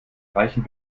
reichen